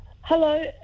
Hello